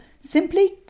simply